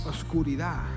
Oscuridad